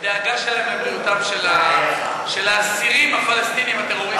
הדאגה שלהם לבריאותם של האסירים הפלסטינים הטרוריסטים.